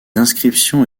inscriptions